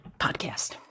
podcast